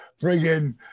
friggin